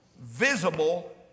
visible